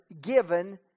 given